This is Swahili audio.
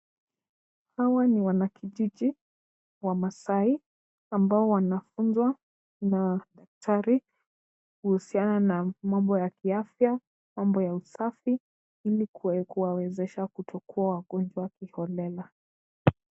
Hawa ni wanakijiji wamaasai ambao wanafunzwa na daktari kuhusiana na mambo ya kiafya, mambo ya usafi ili kuwawezesha kutokuwa wagonjwa kiholela.